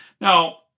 Now